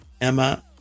Emma